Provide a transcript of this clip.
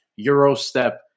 Eurostep